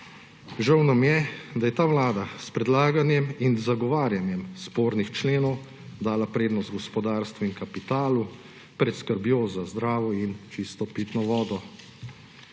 Žal nam je, da je ta vlada s predlaganjem in zagovarjanjem spornih členov dala prednost gospodarstvu in kapitalu pred skrbjo za zdravje in čisto pitno vodo.